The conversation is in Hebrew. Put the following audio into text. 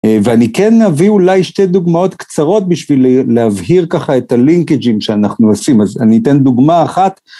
ואני כן אביא אולי שתי דוגמאות קצרות בשביל להבהיר ככה את הלינקג'ים שאנחנו עושים, אז אני אתן דוגמא אחת.